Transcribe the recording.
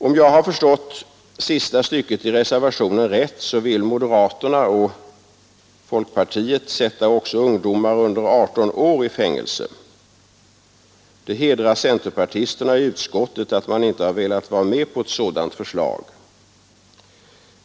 Om jag har förstått sista stycket i reservationen rätt så vill moderaterna och folkpartiet sätta också ungdomar under 18 år i fängelse. Det hedrar centerpartisterna i utskottet att de inte har velat vara med på ett sådant förslag.